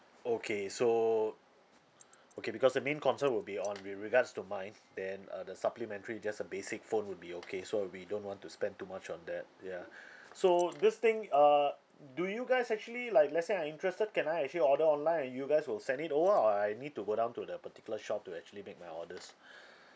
okay so okay because the main concern would be on with regards to mine then uh the supplementary just a basic phone would be okay so we don't want to spend too much on that ya so this thing err do you guys actually like let's say I interested can I actually order online and you guys will send it over or I need to go down to the particular shop to actually make my orders